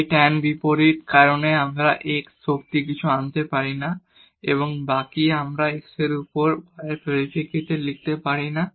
এই তান বিপরীত কারণে আমরা x পাওয়ার কিছু আনতে পারি না এবং বাকি আমরা x এর উপর y এর পরিপ্রেক্ষিতে লিখতে পারি না